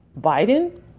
Biden